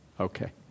Okay